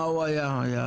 מה אתה